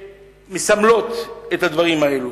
שמסמלות את הדברים האלה.